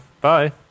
bye